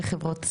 לחברות סיעוד,